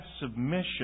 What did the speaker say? submission